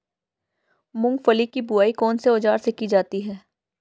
मूंगफली की बुआई कौनसे औज़ार से की जाती है?